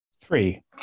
Three